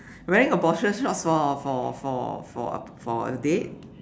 wearing a boxer short for for for for a for a date